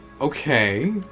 Okay